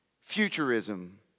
Futurism